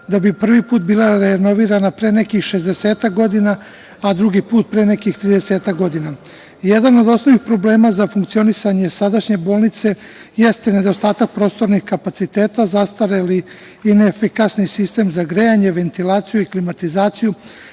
da bi prvi put bila renovirana pre nekih 60 godina, a drugi put pre nekih 30 godina.7/3 VS/MTJedan od osnovnih problema za funkcionisanje sadašnje bolnice jeste nedostatak prostornih kapaciteta, zastareli i neefikasni sistem za grejanje, ventilaciju i klimatizaciju,